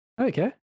Okay